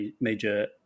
major